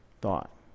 thought